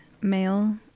male